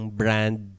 brand